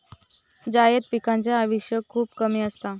जायद पिकांचा आयुष्य खूप कमी असता